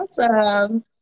awesome